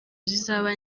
zizaba